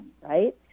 right